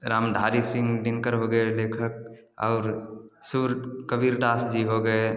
रामधारी सिंह दिनकर हो गए लेखक और सुर कबीर दास जी हो गए